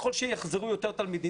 ככל שיחזרו יותר תלמידים,